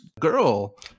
girl